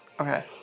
okay